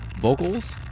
vocals